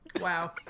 Wow